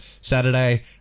Saturday